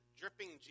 dripping